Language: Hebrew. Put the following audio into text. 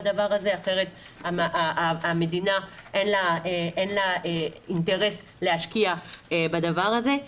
אחרת המדינה אין לה אינטרס להשקיע בדבר הזה,